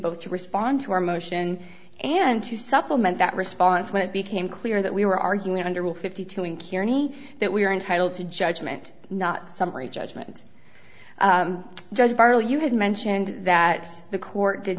both to respond to our motion and to supplement that response when it became clear that we were arguing under will fifty two in cure any that we are entitled to judgment not summary judgment just barely you had mentioned that the court did